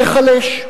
תיחלש.